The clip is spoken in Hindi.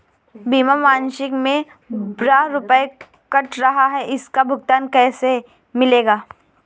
बीमा मासिक में बारह रुपय काट रहा है इसका भुगतान कैसे मिलेगा?